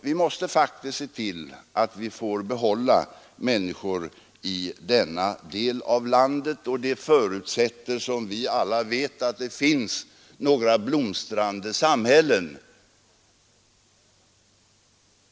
Vi måste se till att vi får behålla människor boende i denna del av landet, men det förutsätter, som alla vet, att det inom området finns blomstrande samhällen.